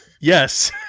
Yes